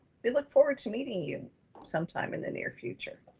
we look forward to meeting you sometime in the near future,